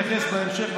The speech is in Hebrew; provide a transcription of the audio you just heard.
אני אתייחס בהמשך,